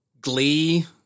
Glee